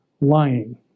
lying